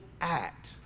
act